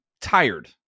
tired